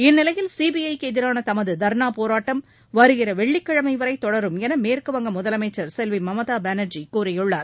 இந்நிலையில் சிபிஐக்கு எதிரான தமது தர்ணா போராட்டம் வருகிற வெள்ளிக்கிழமை வரை தொடரும் என மேற்கு வங்க முதலமைச்சர் செல்வி மம்தா பானர்ஜி கூறியுள்ளார்